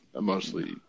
mostly